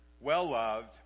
well-loved